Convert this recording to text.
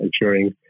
ensuring